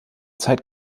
zeit